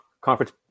conference